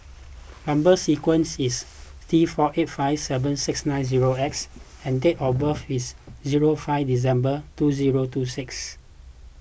Number Sequence is T four eight five seven six nine zero X and date of birth is zero five December two zero two six